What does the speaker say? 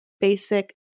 basic